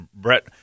Brett –